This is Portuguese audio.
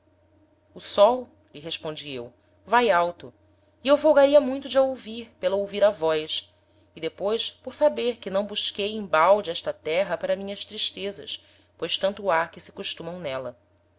o sol lhe respondi eu vae alto e eu folgaria muito de a ouvir pela ouvir a vós e depois por saber que não busquei embalde esta terra para minhas tristezas pois tanto ha que se costumam n'ela